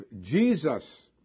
Jesus